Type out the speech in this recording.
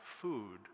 food